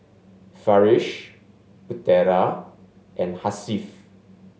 Farish Putera and Hasif